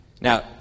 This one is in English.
Now